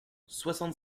soixante